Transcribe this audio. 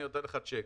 אני נותן לך צ'ק.